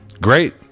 Great